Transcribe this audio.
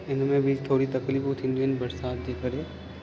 इन में बि थोरी तकलीफ़ु थींदियुनि बरसाति जे करे